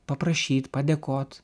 paprašyt padėkot